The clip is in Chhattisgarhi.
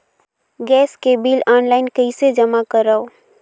गैस के बिल ऑनलाइन कइसे जमा करव?